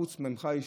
חוץ מעליך אישית,